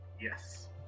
Yes